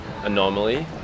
anomaly